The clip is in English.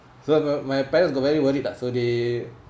so my my parents got very worried lah so they